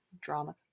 drama